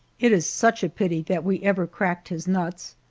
it is such a pity that we ever cracked his nuts.